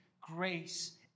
grace